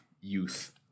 youth